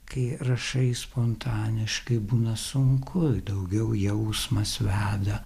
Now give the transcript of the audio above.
kai rašai spontaniškai būna sunku daugiau jausmas veda